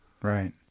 Right